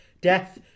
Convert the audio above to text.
Death